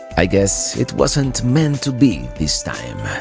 i guess it wasn't mean to be this time.